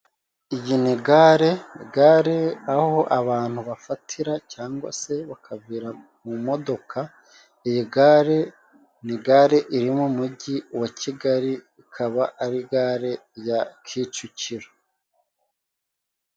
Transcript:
Iyi ni gare, gare aho abantu bafatira cyangwa se bakavira mu modoka. Iyi gare ni gare iri mu mugi wa Kigali, ikaba ari gare ya Kicukiro.